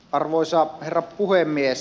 arvoisa herra puhemies